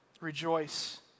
Rejoice